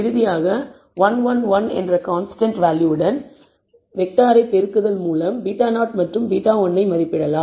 இறுதியாக 1 1 1 என்ற கான்ஸ்டன்ட் வேல்யூவுடன் X வெக்டார் பெருக்குதல் மூலமும் β0 மற்றும் β1 ஐ மதிப்பிடலாம்